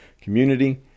community